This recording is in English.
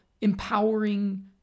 empowering